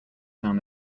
down